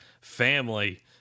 family